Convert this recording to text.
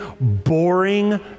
boring